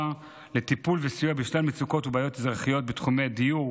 לטיפול וסיוע בשלל מצוקות ובעיות אזרחיות בתחומי הדיור,